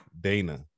Dana